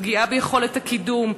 פגיעה ביכולת הקידום,